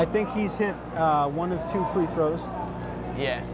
i think he's hit one of two free throws yeah